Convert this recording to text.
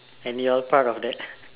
and you are part of that